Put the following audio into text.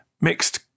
mixed